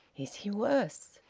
is he worse?